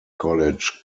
college